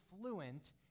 fluent